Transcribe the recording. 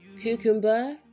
cucumber